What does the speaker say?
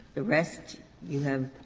the rest you have